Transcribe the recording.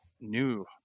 new